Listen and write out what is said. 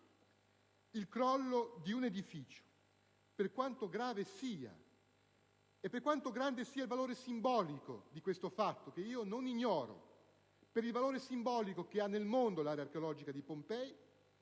Il crollo di un edificio, per quanto grave sia, e per quanto grande sia il valore simbolico di questo fatto (che io non ignoro, proprio per il valore simbolico che l'area archeologica di Pompei